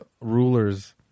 rulers